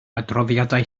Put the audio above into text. adroddiadau